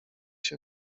się